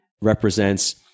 represents